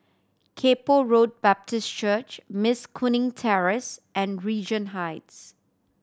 Kay Poh Road Baptist Church Mas Kuning Terrace and Regent Heights